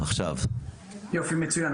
מצוין.